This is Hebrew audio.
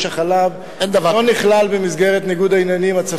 החלב לא נכלל במסגרת ניגוד העניינים הצפוי.